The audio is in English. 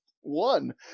One